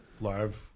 live